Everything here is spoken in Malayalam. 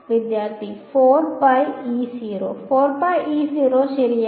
ശരിയാണ്